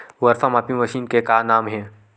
वर्षा मापी मशीन के का नाम हे?